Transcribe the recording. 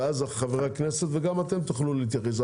וחברי הכנסת וגם אתם תוכלו להתייחס.